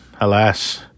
alas